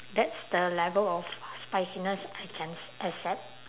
that's the level of spiciness I can s~ accept